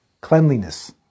cleanliness